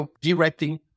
directing